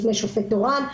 לפני שופט תורן.